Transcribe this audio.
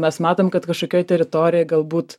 mes matom kad kašokioj teritorijoj galbūt